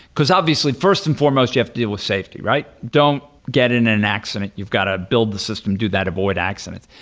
because obviously first and foremost you have to deal with safety, right? don't get in an accident. you've got to build the system, do that avoid accidents.